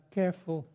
careful